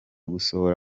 gusohora